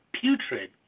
putrid